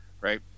Right